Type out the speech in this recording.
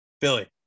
Billy